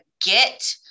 get